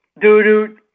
doo-doo